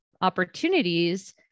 opportunities